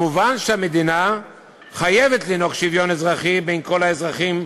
מובן שהמדינה חייבת לנהוג בשוויון אזרחי כלפי כל האזרחים,